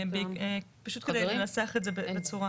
פשוט כדי לנסח את זה בצורה